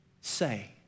Say